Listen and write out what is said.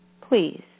please